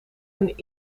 een